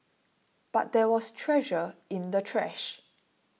but there was treasure in the trash